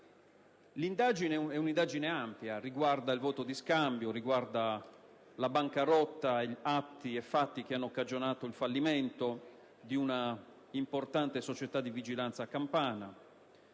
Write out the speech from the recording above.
un'indagine ampia, che riguarda il voto di scambio, la bancarotta, fatti che hanno cagionato il fallimento di un'importante società di vigilanza campana,